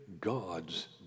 God's